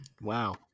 Wow